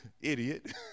idiot